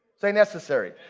say, necessary.